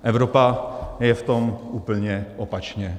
Evropa je v tom úplně opačně.